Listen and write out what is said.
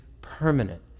permanent